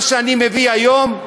מה שאני מביא היום,